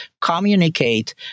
communicate